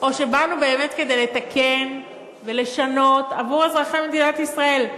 או שבאנו באמת כדי לתקן ולשנות עבור אזרחי מדינת ישראל?